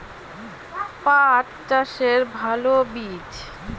পাঠ চাষের ভালো বীজ?